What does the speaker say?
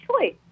choice